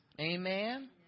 Amen